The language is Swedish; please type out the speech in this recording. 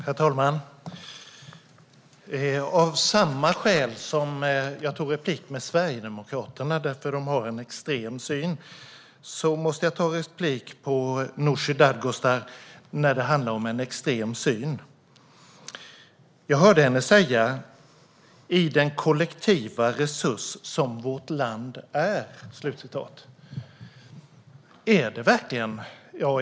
Herr talman! Av samma skäl som jag begärde replik på Sverigedemokraterna, som har en extrem syn, måste jag begära replik på Nooshi Dadgostar när det handlar om en extrem syn. Jag hörde henne säga "i den kollektiva resurs som vårt land är".